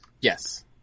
Yes